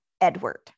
edward